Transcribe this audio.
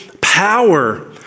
power